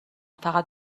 فقط